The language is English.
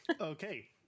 Okay